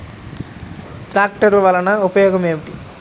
ట్రాక్టర్లు వల్లన ఉపయోగం ఏమిటీ?